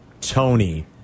Tony